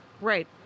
right